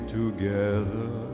together